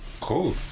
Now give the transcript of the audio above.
cool